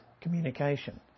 communication